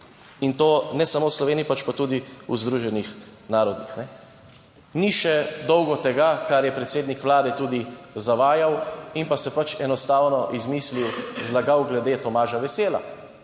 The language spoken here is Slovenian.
in to ne samo v Sloveniji, pač pa tudi v Združenih narodih. Ni še dolgo tega, kar je predsednik Vlade tudi zavajal in si pač enostavno izmislil, se zlagal glede Tomaža Vesela.